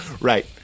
Right